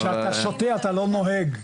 שאתה שותה אתה לא נוהג,